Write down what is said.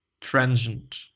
transient